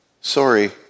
sorry